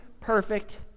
perfect